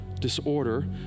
disorder